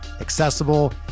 accessible